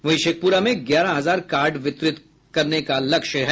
वहीं शेखपुरा में ग्यारह हजार कार्ड वितरण का लक्ष्य है